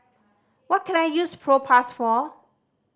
what can I use Propass for